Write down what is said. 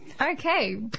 Okay